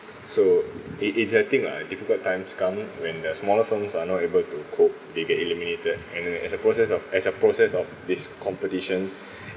so it exerting like difficult times come when the smaller firms are not able to cope they get eliminated and then as a process of as a process of this competition